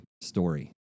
story